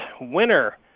Winner